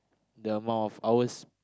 the amount of hours